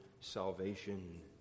salvation